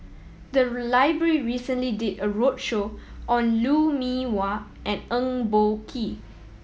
the library recently did a roadshow on Lou Mee Wah and Eng Boh Kee